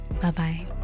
Bye-bye